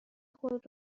خود